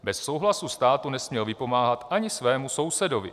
Bez souhlasu státu nesměl vypomáhat ani svému sousedovi.